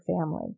family